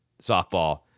softball